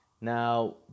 Now